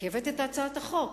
כי הבאת את הצעת החוק.